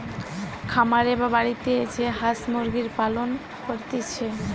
খামারে বা বাড়িতে যে হাঁস মুরগির পালন করতিছে